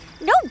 No